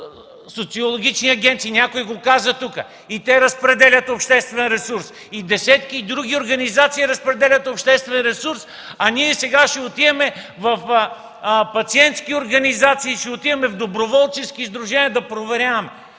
социологични агенции. Някой го каза тук. И те разпределят обществен ресурс. И десетки други организации разпределят обществен ресурс, а ние сега ще отиваме в пациентски организации, ще отидем в доброволчески сдружения, за да проверяваме.